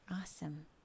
Awesome